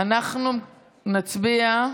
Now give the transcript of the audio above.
אנחנו נצביע.